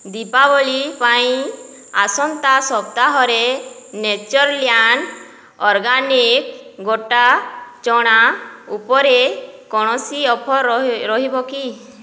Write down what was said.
ଦୀପାବଳି ପାଇଁ ଆସନ୍ତା ସପ୍ତାହରେ ନେଚରଲ୍ୟାଣ୍ଡ ଅର୍ଗାନିକ୍ସ ଗୋଟା ଚଣା ଉପରେ କୌଣସି ଅଫର ରହି ରହିବ କି